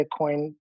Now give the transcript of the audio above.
Bitcoin